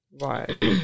Right